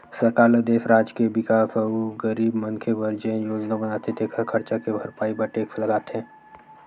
सरकार ल देस, राज के बिकास अउ गरीब मनखे बर जेन योजना बनाथे तेखर खरचा के भरपाई बर टेक्स लगाथे